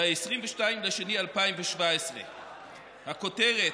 ב-22 בפברואר 2017. הכותרת: